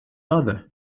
other